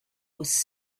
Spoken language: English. was